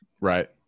right